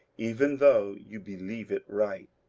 even though you believe it right,